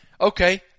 Okay